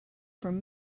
from